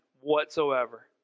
whatsoever